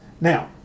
Now